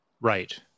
right